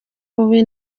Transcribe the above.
bubi